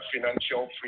financial